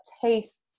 tastes